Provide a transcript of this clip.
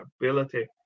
ability